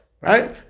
Right